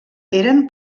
eren